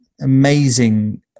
amazing